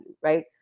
right